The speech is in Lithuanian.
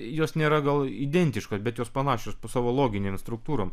jos nėra gal identiškos bet jos panašios po savo loginėmis struktūrom